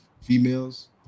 females